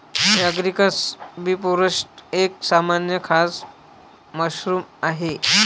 Agaricus bisporus एक सामान्य खाद्य मशरूम आहे